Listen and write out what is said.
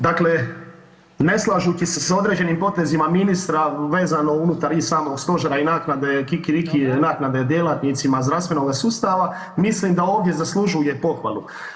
Dakle, ne slažući se sa određenim potezima ministra vezano unutar i samog Stožera i naknade, kiki riki naknade djelatnicima zdravstvenoga sustava mislim da ovdje zaslužuje pohvalu.